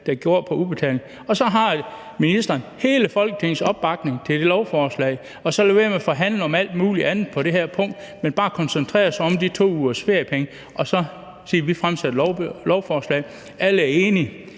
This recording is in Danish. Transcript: der handler om udbetaling, og så har ministeren hele Folketingets opbakning til det lovforslag. Så lad være med at forhandle om alt muligt andet på det her punkt. Man skal bare koncentrere sig om de 2 ugers feriepenge og så sige: Vi fremsætter et lovforslag. Alle er enige.